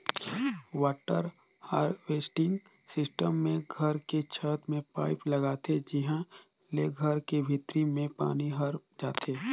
water harvesting system मे घर के छत में पाईप लगाथे जिंहा ले घर के भीतरी में पानी हर जाथे